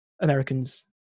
americans